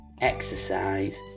Exercise